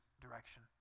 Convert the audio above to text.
direction